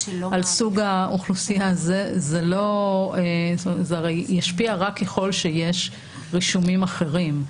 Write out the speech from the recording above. זה ישפיע רק ככל שיש רישומים אחרים.